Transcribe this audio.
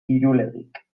irulegik